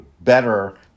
better